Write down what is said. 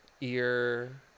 ear